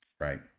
Right